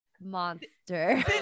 monster